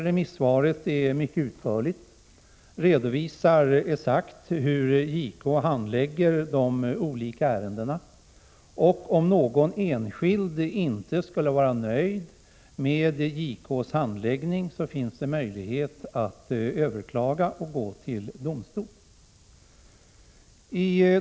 Remissvaret är mycket utförligt och redovisar exakt hur JK handlägger de olika ärendena. Om någon enskild inte skulle vara nöjd med JK:s handläggning, finns det möjlighet att föra ärendet vidare till domstol.